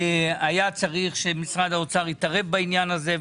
היה צריך שמשרד האוצר התערב בעניין הזה,